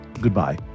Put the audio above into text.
Goodbye